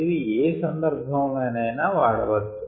ఇది ఏసందర్భం లోనైనా వాడవచ్చు